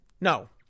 no